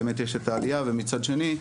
באמת יש את העלייה ומצד שני,